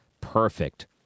Perfect